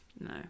No